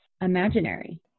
imaginary